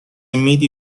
میدی